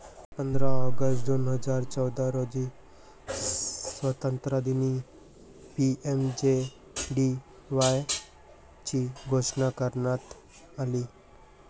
पंधरा ऑगस्ट दोन हजार चौदा रोजी स्वातंत्र्यदिनी पी.एम.जे.डी.वाय ची घोषणा करण्यात आली